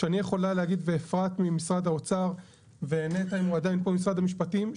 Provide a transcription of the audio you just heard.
שני יכולה להגיד ואפרת ממשרד האוצר ונטע-לי פה ממשרד המשפטים,